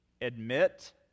admit